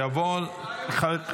ותעבור לדיון בוועדת